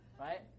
right